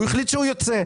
הוא החליט שהוא יוצא.